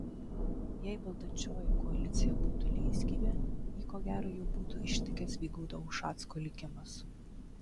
jei valdančioji koalicija būtų leisgyvė jį ko gero jau būtų ištikęs vygaudo ušacko likimas